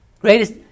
Greatest